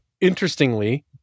Interestingly